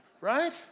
right